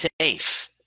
safe